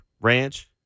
ranch